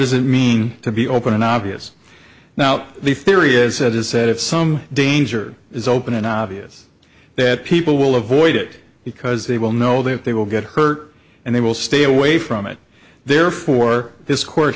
does it mean to be open and obvious now the theory is that is that if some danger is open and obvious that people will avoid it because they will know that they will get hurt and they will stay away from it therefore this cour